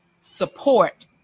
support